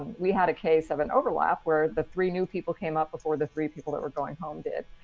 we had a case of an overlap where the three new people came up before the three people that were going home did.